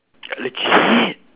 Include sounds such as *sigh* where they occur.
*breath* legit